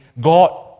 God